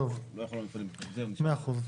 טוב, מאה אחוז.